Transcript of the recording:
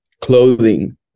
clothing